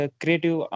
creative